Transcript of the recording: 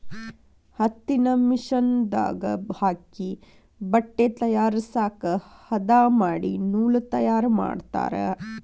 ಹತ್ತಿನ ಮಿಷನ್ ದಾಗ ಹಾಕಿ ಬಟ್ಟೆ ತಯಾರಸಾಕ ಹದಾ ಮಾಡಿ ನೂಲ ತಯಾರ ಮಾಡ್ತಾರ